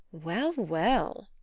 well, well!